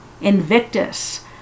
Invictus